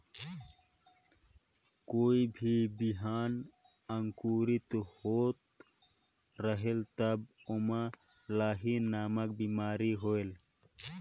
कोई भी बिहान अंकुरित होत रेहेल तब ओमा लाही नामक बिमारी होयल?